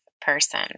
person